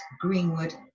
greenwood